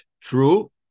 true